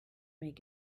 make